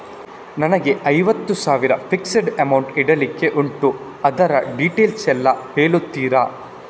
ನನಗೆ ಐವತ್ತು ಸಾವಿರ ಫಿಕ್ಸೆಡ್ ಅಮೌಂಟ್ ಇಡ್ಲಿಕ್ಕೆ ಉಂಟು ಅದ್ರ ಡೀಟೇಲ್ಸ್ ಎಲ್ಲಾ ಹೇಳ್ತೀರಾ?